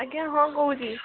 ଆଜ୍ଞା ହଁ କହୁଛି